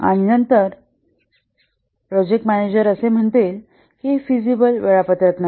आणि नंतर project manager म्हणतील की हे फिजिबल वेळापत्रक नाही